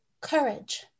courage